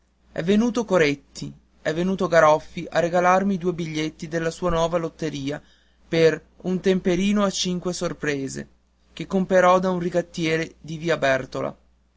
è venuto coretti è venuto garoffi a regalarmi due biglietti della sua nuova lotteria per un temperino a cinque sorprese che comprò da un rigattiere di via bertola